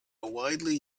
widely